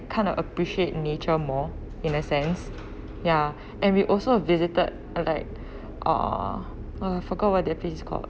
kind of appreciate nature more in a sense ya and we also have visited like uh I forgot what the place is called